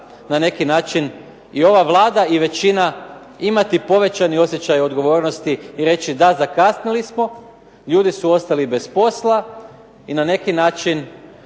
na neki način i ova Vlada i većina imati povećani osjećaj odgovornosti i reći: "Da zakasnili smo, ljudi su ostali bez posla i na neki način